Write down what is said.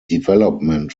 development